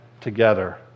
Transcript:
together